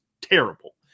terrible